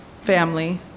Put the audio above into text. family